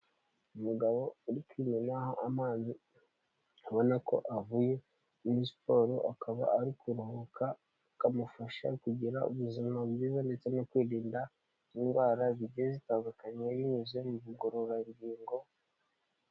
Umugabo uri kwimenaho amazi, ubona ko avuye muri siporo, akaba ari kuruhuka bikamufasha kugira ubuzima bwiza ndetse no kwirinda indwara zigiye zitandukanye binyuze mu bugororarugingo.